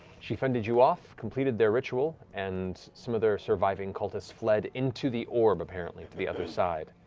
she fended you off, completed their ritual, and some of their surviving cultists fled into the orb apparently to the other side.